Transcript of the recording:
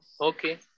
Okay